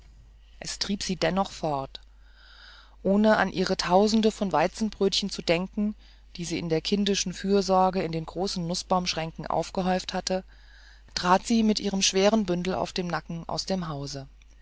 es trieb sie dennoch fort ohne an ihre tausende von weizenbrötchen zu denken die sie in kindischer fürsorge in den großen nußbaumschränken aufgehäuft hatte trat sie mit ihrem schweren bündel auf dem nacken aus dem hause